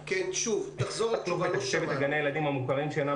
--- לתקצב את גני הילדים המוכרים שאינם